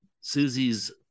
Susie's